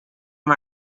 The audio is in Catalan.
amb